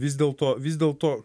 vis dėlto vis dėlto